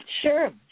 Sure